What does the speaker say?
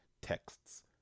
texts